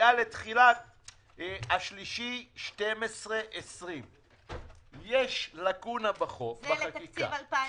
מגיעה ל-3 בדצמבר 2020. יש לקונה בחוק --- זה לתקציב 2020,